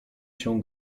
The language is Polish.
się